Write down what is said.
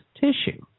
tissue